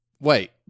wait